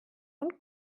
und